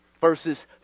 Verses